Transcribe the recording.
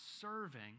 serving